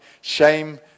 Shame